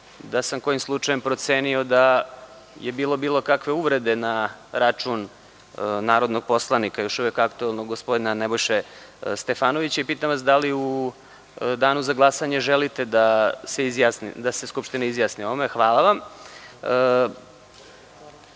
da sam kojim slučajem procenio da je bilo bilo kakve uvrede na račun narodnog poslanika, još uvek aktuelnog gospodina Nebojše Stefanovića. Pitam vas da li u Danu za glasanje želite da se Skupština izjasni o ovome? (Ne)Reč